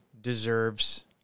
deserves